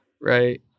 right